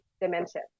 dimension